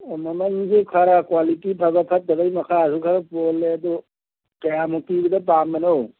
ꯑꯣ ꯃꯃꯟꯁꯦ ꯈꯔ ꯀ꯭ꯋꯥꯂꯤꯇꯤ ꯐꯕ ꯐꯠꯇꯕꯩ ꯃꯈꯥꯁꯨ ꯈꯔ ꯄꯣꯜꯂꯦ ꯑꯗꯨ ꯀꯌꯥꯃꯨꯛ ꯄꯤꯕꯗ ꯄꯥꯝꯕꯅꯣ